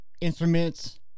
instruments